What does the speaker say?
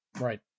Right